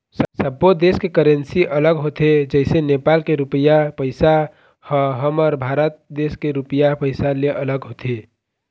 सब्बो देस के करेंसी अलग होथे जइसे नेपाल के रुपइया पइसा ह हमर भारत देश के रुपिया पइसा ले अलग होथे